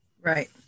Right